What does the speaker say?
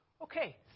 okay